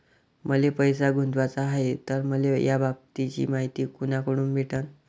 मले पैसा गुंतवाचा हाय तर मले याबाबतीची मायती कुनाकडून भेटन?